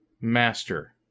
master